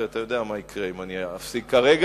ואתה יודע מה יקרה אם אני אפסיק כרגע.